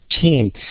team